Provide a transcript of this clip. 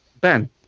Ben